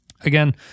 Again